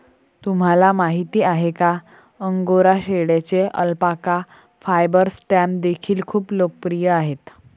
तुम्हाला माहिती आहे का अंगोरा शेळ्यांचे अल्पाका फायबर स्टॅम्प देखील खूप लोकप्रिय आहेत